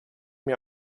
mir